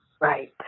Right